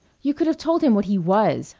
you could have told him what he was.